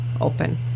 open